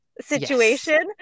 situation